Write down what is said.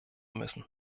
müssen